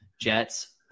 Jets